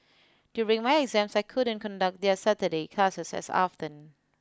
during my exams I couldn't conduct their Saturday classes as often